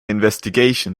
investigation